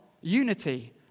Unity